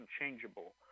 unchangeable